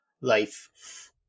life